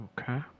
Okay